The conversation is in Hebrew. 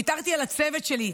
ויתרתי על הצוות שלי,